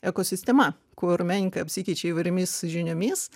ekosistema kur menininkai apsikeičia įvairiomis žiniomis